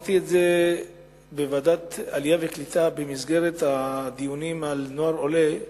אמרתי את זה בוועדת העלייה והקליטה במסגרת הדיונים על נוער עולה.